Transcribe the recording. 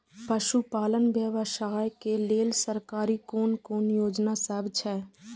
पशु पालन व्यवसाय के लेल सरकारी कुन कुन योजना सब छै?